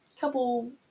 couple